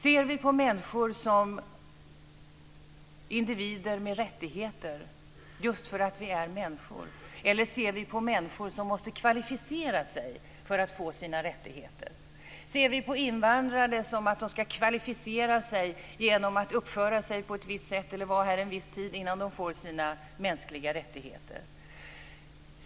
Ser vi på människor som individer med rättigheter, just för att vi är människor, eller ser vi på människor som måste kvalificera sig för att få sina rättigheter? Ser vi på invandrare så att de ska kvalificera sig genom att uppföra sig på ett visst sätt eller vara här en viss tid innan de får sina mänskliga rättigheter?